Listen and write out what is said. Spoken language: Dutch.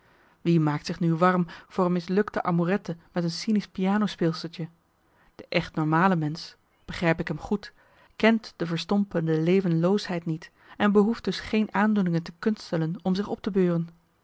wie maakt zich nu warm voor een mislukte amourette met een cynisch pianospeelstertje de echt normale mensch begrijp ik hem goed kent de verstompende levenloosheid niet en behoeft dus geen aandoeningen te kunstelen om zich op te beuren